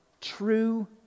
true